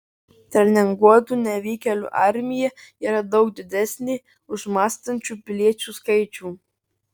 treninguotų nevykėlių armija yra daug didesnė už mąstančių piliečių skaičių